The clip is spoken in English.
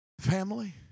family